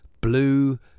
blue